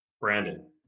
brandon